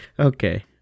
Okay